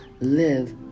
live